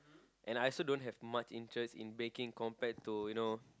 and I also don't have much interest in baking compared to you know